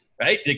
right